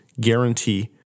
guarantee